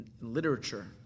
literature